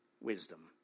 wisdom